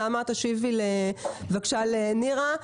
נעמה תשיבי בבקשה לנירה,